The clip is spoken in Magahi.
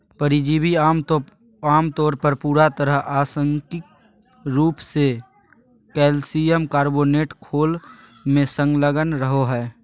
परिजीवी आमतौर पर पूरा तरह आंशिक रूप से कइल्शियम कार्बोनेट खोल में संलग्न रहो हइ